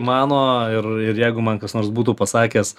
mano ir ir jeigu man kas nors būtų pasakęs